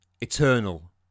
eternal